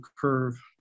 curve